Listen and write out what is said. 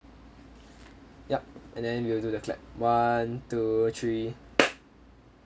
yup and then we will do the clap one two three